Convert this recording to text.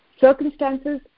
Circumstances